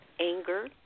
anger